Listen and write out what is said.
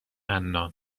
عنان